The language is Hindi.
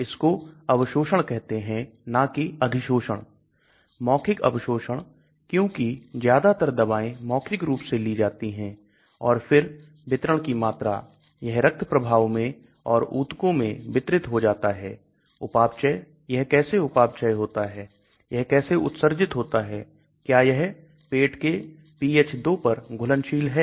इसको अवशोषण कहते हैं ना कि अधिशोषण मौखिक अवशोषण क्योंकि ज्यादातर दवाएं मौखिक रूप से ली जाती है और फिर वितरण की मात्रा यह रक्त प्रभाव में और ऊतकों में वितरित हो जाता है उपापचय यह कैसे उपापचय होता है यह कैसे उत्सर्जित होता है क्या यह पेट के pH 2 पर घुलनशील है